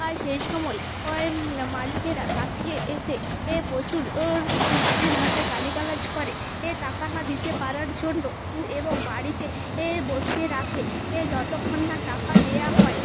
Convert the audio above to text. আর সেই সময় ওই মালিকেরা তাকে এসে প্রচুর বাজে ভাষায় গালিগালাজ করে টাকা না দিতে পারার জন্য এবং বাড়িতে বসিয়ে রাখে যতক্ষণ না টাকা দেওয়া হয়